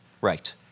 Right